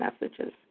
messages